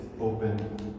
open